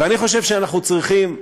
ואני חושב שאנחנו צריכים,